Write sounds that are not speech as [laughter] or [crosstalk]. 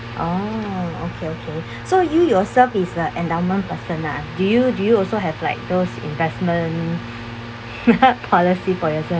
oh okay okay so you yourself is a endowment person lah do you do you also have like those investment [noise] policy for yourself